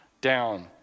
down